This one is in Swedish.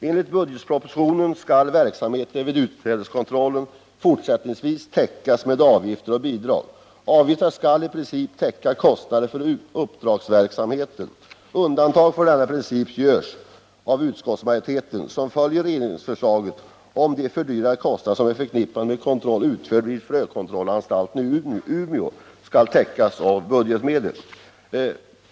Enligt budgetpropositionen skall verksamheten vid utsädeskontrollen fortsättningsvis täckas med avgifter och bidrag. Avgifterna skall i princip täcka kostnaderna för uppdragsverksamheten. Undantag från denna princip görs av utskottsmajoriteten, som följer regeringsförslaget om att de ökade kostnader som är förknippade med kontroll utförd vid frökontrollanstalten i Umeå skall täckas av budgetmedel.